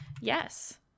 Yes